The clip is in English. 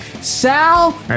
Sal